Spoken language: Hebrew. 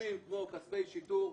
כספים כמו כספי שיטור.